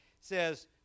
says